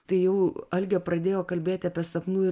tai jau algė pradėjo kalbėti apie sapnų